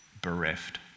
bereft